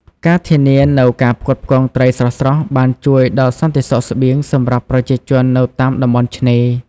ការធានានូវការផ្គត់ផ្គង់ត្រីស្រស់ៗបានជួយដល់សន្តិសុខស្បៀងសម្រាប់ប្រជាជននៅតាមតំបន់ឆ្នេរ។